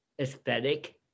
aesthetic